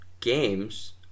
Games